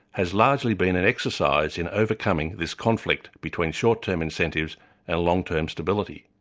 has largely been an exercise in overcoming this conflict between short-term incentives and a long-term stability.